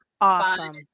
awesome